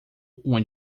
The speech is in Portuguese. uma